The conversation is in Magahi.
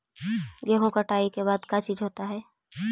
गेहूं कटाई के बाद का चीज होता है?